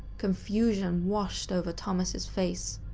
confusion washed over thomas' face.